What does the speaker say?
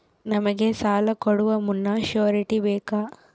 ನಮಗೆ ಸಾಲ ಕೊಡುವ ಮುನ್ನ ಶ್ಯೂರುಟಿ ಬೇಕಾ?